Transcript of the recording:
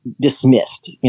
dismissed